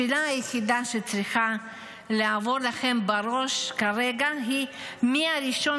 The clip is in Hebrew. השאלה היחידה שצריכה לעבור לכם בראש כרגע היא מי הראשון